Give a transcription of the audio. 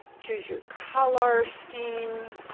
choose your color scheme.